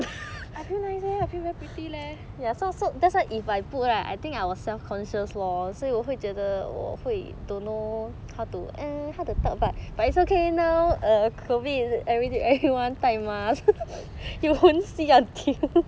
I feel very pretty leh